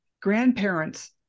grandparents